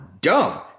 dumb